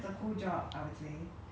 it's like quite fancy some more